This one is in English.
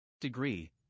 Degree